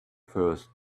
first